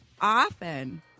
often